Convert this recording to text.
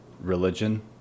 religion